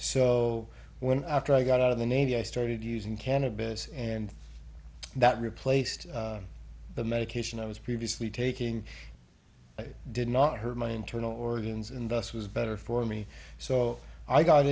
so when after i got out of the navy i started using cannabis and that replaced the medication i was previously taking it did not hurt my internal organs and thus was better for me so i got